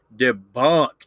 Debunked